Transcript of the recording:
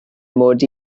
mod